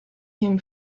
him